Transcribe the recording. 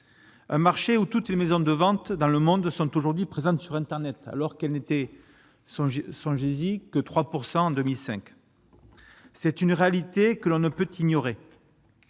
un marché où toutes les maisons de ventes dans le monde sont aujourd'hui présentes sur Internet, alors qu'elle n'était songez songez-y que 3 pourcent en 2005, c'est une réalité que l'on ne peut ignorer